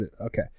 okay